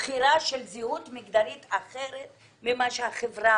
בחירה של זהות מגדרית אחרת ממה שהחברה